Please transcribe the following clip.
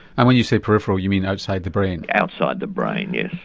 and when you say peripheral you mean outside the brain? outside the brain, yes.